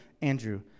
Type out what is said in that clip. Andrew